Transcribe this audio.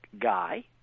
guy